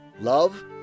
love